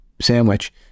sandwich